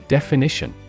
Definition